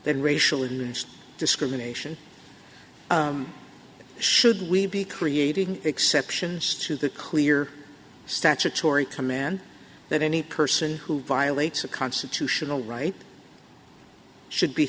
than racial and discrimination should we be creating exceptions to the clear statutory command that any person who violates a constitutional right should be